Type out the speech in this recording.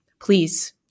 please